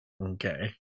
okay